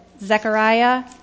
Zechariah